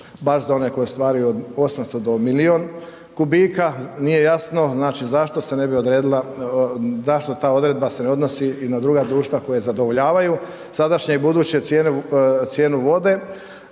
baš za one koji stvaraju od 800 do milijun kubika, nije jasno znači zašto se ne bi odredila, zašto ta odredba se ne odnosi i na druga društva koje zadovoljavaju sadašnje i buduće cijenu vode,